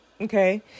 okay